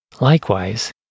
Likewise